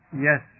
Yes